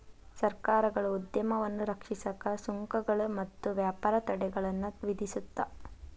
ಸರ್ಕಾರಗಳು ಉದ್ಯಮವನ್ನ ರಕ್ಷಿಸಕ ಸುಂಕಗಳು ಮತ್ತ ವ್ಯಾಪಾರ ತಡೆಗಳನ್ನ ವಿಧಿಸುತ್ತ